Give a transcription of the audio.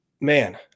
Man